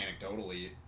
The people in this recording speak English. anecdotally